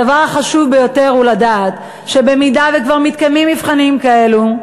הדבר החשוב ביותר הוא לדעת שאם כבר מתקיימים מבחנים כאלה,